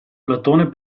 platone